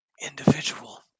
individual